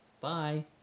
bye